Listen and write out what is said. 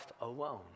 alone